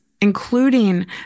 including